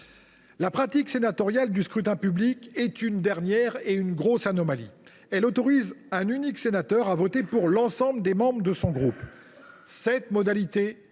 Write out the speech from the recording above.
La pratique sénatoriale du scrutin public constitue une dernière et importante anomalie : elle autorise un unique sénateur à voter pour l’ensemble des membres de son groupe. Cette modalité de vote